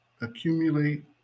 accumulate